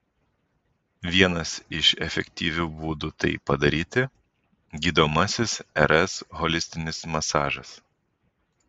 vienas iš efektyvių būdų tai padaryti gydomasis rs holistinis masažas